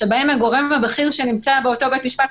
שבו הגורם הבכיר שנמצא באותו בית משפט,